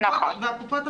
והקופות,